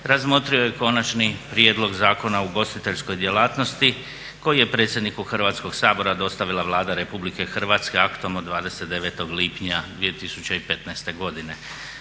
razmotrio je konačni prijedlog Zakona o ugostiteljskoj djelatnosti koji je predsjedniku Hrvatskog sabora dostavila Vlada Republike Hrvatske aktom od 29. lipnja 2015. godine.